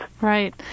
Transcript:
Right